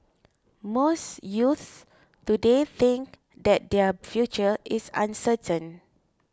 most youths today think that their future is uncertain